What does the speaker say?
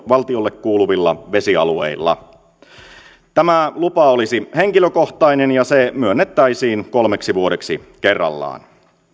valtiolle kuuluvilla vesialueilla tämä lupa olisi henkilökohtainen ja se myönnettäisiin kolmeksi vuodeksi kerrallaan